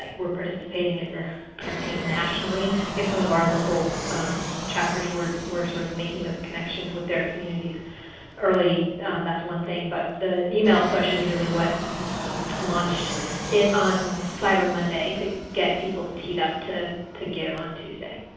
like we are participating in this campaign nationally if some of our local chapters were were sort of making those connections with their communities early that's one thing, but the email push is really what launched it on cyber monday to get people teed up to to give on tuesday.